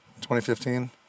2015